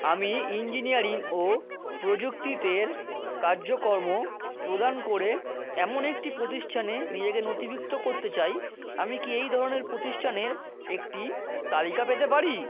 আমি ইঞ্জিনিয়ারিং ও প্রযুক্তিতের কার্যকর্ম প্রদান করে এমন একটি প্রতিষ্ঠানে নিজেকে নথিভুক্ত করতে চাই আমি কি এই ধরনের প্রতিষ্ঠানের একটি তালিকা পেতে পারি